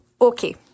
Okay